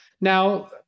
Now